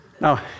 Now